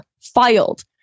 filed